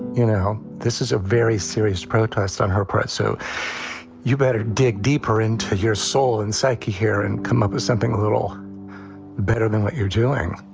you know, this is a very serious protest on her part. so you better dig deeper into your soul and psyche here and come up with something little better than what you're doing